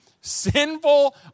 sinful